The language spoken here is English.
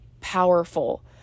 powerful